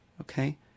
okay